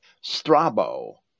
Strabo